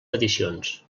peticions